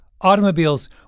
Automobiles